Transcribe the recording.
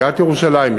עיריית ירושלים,